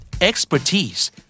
Expertise